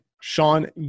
Sean